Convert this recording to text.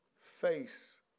face